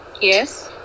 yes